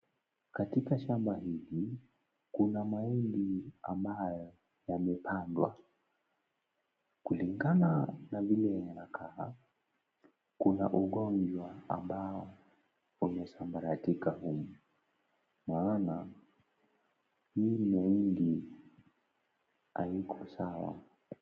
Katika shamba hili, kuna mahindi ambayo, yamepandwa. Kulingana na vile yanakaa, kuna ugonjwa ambao, umesambaratika humo, maana hii mahindi haiko sawa.